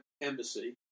Embassy